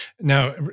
Now